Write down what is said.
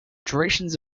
durations